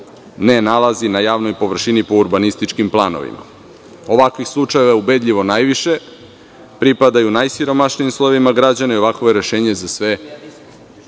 ne nalazi na javnoj površini po urbanističkim planovima. Ovakvih slučajeva je ubedljivo najviše. Pripadaju najsiromašnijim slojevima građana i ovakvo rešenje je za sve